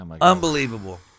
Unbelievable